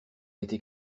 été